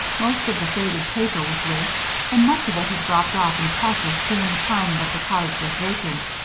most of the faded paper was loose and much of it had dropped off in patches during the time that the cottage was vacant,